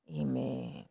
Amen